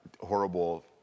horrible